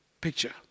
picture